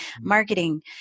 marketing